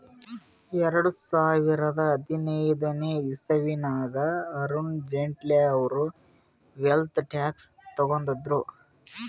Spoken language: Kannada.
ಎರಡು ಸಾವಿರದಾ ಹದಿನೈದನೇ ಇಸವಿನಾಗ್ ಅರುಣ್ ಜೇಟ್ಲಿ ಅವ್ರು ವೆಲ್ತ್ ಟ್ಯಾಕ್ಸ್ ತಗುದ್ರು